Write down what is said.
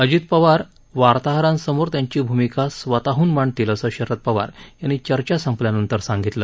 अजित पवार वार्ताहरांसमोर त्यांची भूमिका स्वतःहन मांडतील असं शरद पवार यांनी चर्चा संपल्यानंतर वार्ताहरांना सांगितलं